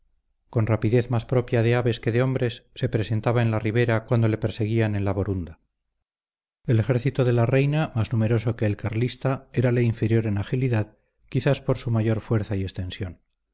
con rapidez más propia de aves que de hombres se presentaba en la ribera cuando le perseguían en la borunda el ejército de la reina más numeroso que el carlista érale inferior en agilidad quizás por su mayor fuerza y extensión